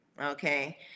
Okay